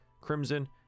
Crimson